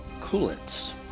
coolants